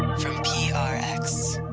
from prx